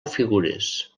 figures